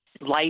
life